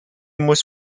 muss